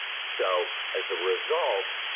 so as a result,